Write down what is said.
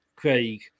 Craig